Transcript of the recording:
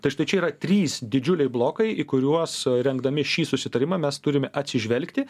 tai štai čia yra trys didžiuliai blokai į kuriuos rengdami šį susitarimą mes turime atsižvelgti